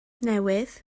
newydd